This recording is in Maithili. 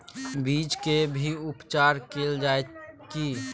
बीज के भी उपचार कैल जाय की?